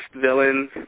villains